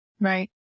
right